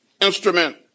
instrument